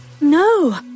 No